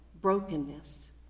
brokenness